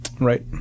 Right